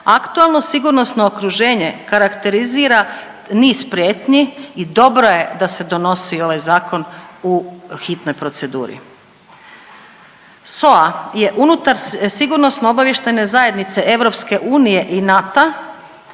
Aktualno sigurnosno okruženje karakterizira niz prijetnji i dobro je da se donosi ovaj zakon u hitnoj proceduri. SOA je unutar Sigurnosno-obavještajne zajednice EU i NATO-a